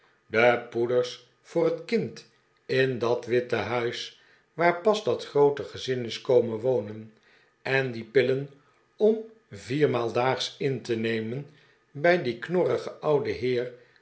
de poeders voor het kind in dat witte huis waar pas dat groote gezin is komen wonen en die pillen om viermaal daags in te nemen bij dien knorrigen ouden heer